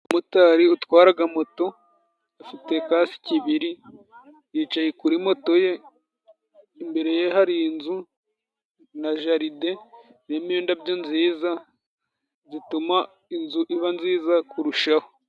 Umumotari utwaraga moto afite kasiki ibiri ,yicaye kuri moto ye, imbere ye hari inzu na jalide birimo indabyo nziza zituma inzu iba nziza kurushaho.